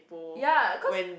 ya cause